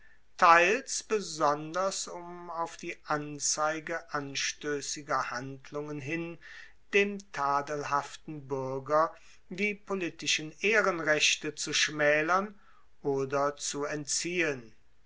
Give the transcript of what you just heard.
teils besonders um auf die anzeige anstoessiger handlungen hin dem tadelhaften buerger die politischen ehrenrechte zu schmaelern oder zu entziehen